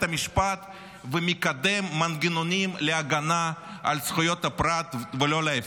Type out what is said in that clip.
המשפט ומקדם מנגנונים להגנה על זכויות הפרט ולא להפך,